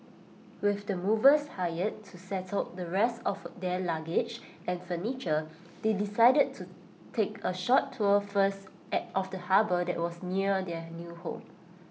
with the movers hired to settle the rest of their luggage and furniture they decided to take A short tour first of the harbour that was near their new home